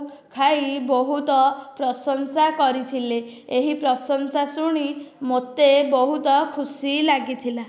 ଖାଇ ବହୁତ ପ୍ରଶଂସା କରିଥିଲେ ଏହି ପ୍ରଶଂସା ଶୁଣି ମୋତେ ବହୁତ ଖୁସି ଲାଗିଥିଲା